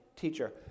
teacher